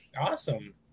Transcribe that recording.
Awesome